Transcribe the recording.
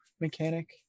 mechanic